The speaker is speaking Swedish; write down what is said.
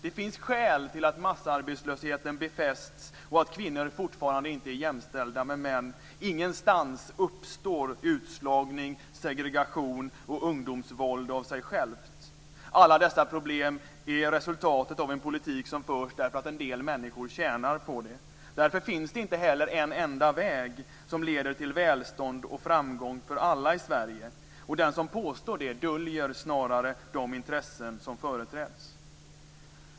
Det finns skäl till att massarbetslösheten befästs och att kvinnor fortfarande inte är jämställda med män. Ingenstans uppstår utslagning, segregation och ungdomsvåld av sig självt. Alla dessa problem är resultatet av en politik som förs därför att en del människor tjänar på det. Därför finns det inte heller en enda väg som leder till välstånd och framgång för alla i Sverige. Den som påstår det döljer snarare de intressen som företräds.